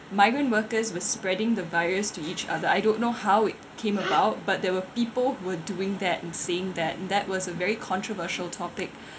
migrant workers were spreading the virus to each other I don't know how it came about but there were people who were doing that and saying that and that was a very controversial topic